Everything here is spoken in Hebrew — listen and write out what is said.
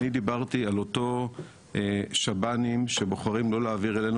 אני דיברתי על אותם שב"נים שבוחרים לא להעביר אלינו